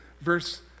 verse